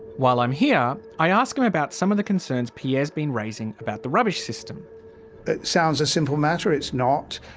while i'm here, i ask him about some of the concerns pierre's been raising about the rubbish system. it sounds a simple matter, it's not,